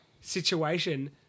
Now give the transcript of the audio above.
situation